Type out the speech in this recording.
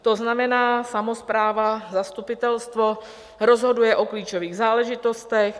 To znamená samospráva, zastupitelstvo rozhoduje o klíčových záležitostech.